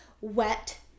wet